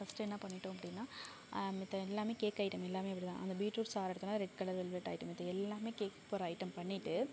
first என்ன பண்ணிவிட்டோம் அப்படின்னா மத்த எல்லாமே கேக் ஐட்டம் எல்லாமே அப்படிதான் அந்த பீட்ரூட் சாறை எடுத்தோம்னா ரெட் கலர் வெல்வெட் ஐட்டம் மற்ற எல்லாமே கேக் போடுற ஐட்டம் பண்ணிவிட்டு